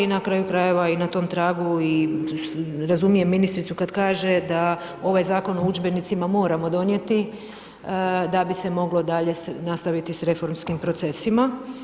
I na kraju krajeva i na tom tragu i razumijem ministricu kada kaže da ovaj Zakon o udžbenicima moramo donijeti da bi se moglo dalje nastaviti sa reformskim procesima.